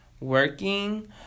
Working